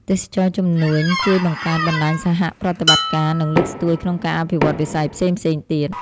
ទេសចរណ៍ជំនួញជួយបង្កើតបណ្តាញសហប្រតិបត្តិការ និងលើកស្ទួយក្នុងការអភិវឌ្ឍន៍វិស័យផ្សេងៗទៀត។